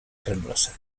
granulosa